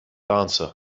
answer